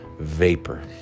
Vapor